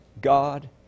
God